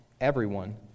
everyone